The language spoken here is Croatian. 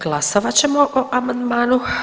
Glasovat ćemo o amandmanu.